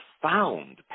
profound